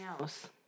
else